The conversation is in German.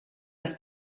das